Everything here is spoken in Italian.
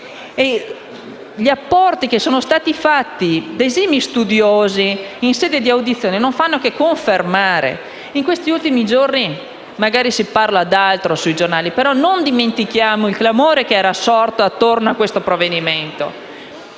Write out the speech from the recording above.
Gli apporti fatti da esimi studiosi in sede di audizioni non fanno che confermarlo. In questi ultimi giorni si parla di altro sui giornali, ma non dimentichiamo il clamore che era sorto attorno a questo provvedimento.